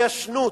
שההתיישנות,